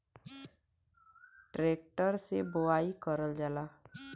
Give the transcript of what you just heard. tractor से बोवाई करल जाला